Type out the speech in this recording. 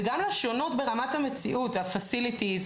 וגם לשונות ברמת המציאות המתקנים,